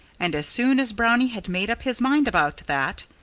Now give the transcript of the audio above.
and as soon as brownie had made up his mind about that,